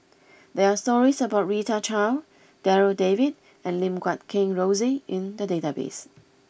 there are stories about Rita Chao Darryl David and Lim Guat Kheng Rosie in the database